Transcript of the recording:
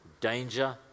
danger